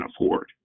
afford